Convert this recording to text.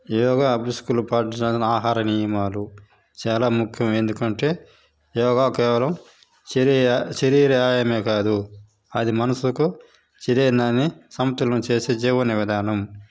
యోగా అభ్యాసకులు పాటించాల్సిన ఆహార నియమాలు చాలా ముఖ్యం ఎందుకంటే యోగా కేవలం శరీర వ్యాయయమే కాదు అది మనసుకు శరీరాన్ని సమతుల్యం చేసే జీవన విధానం